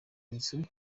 nzu